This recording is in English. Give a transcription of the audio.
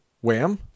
Wham